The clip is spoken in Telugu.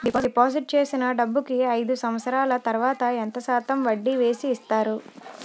డిపాజిట్ చేసిన డబ్బుకి అయిదు సంవత్సరాల తర్వాత ఎంత శాతం వడ్డీ వేసి ఇస్తారు?